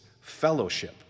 fellowship